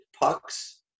pucks